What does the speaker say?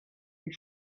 you